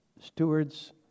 stewards